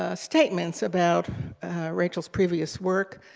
ah statements about rachel's previous work.